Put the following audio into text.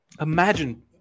Imagine